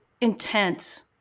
intense